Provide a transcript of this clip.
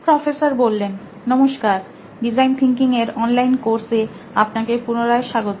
professor নমস্কার design thinking এর online course এ আপনাকে পুনরায় স্বাগত